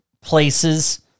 places